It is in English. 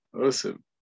Awesome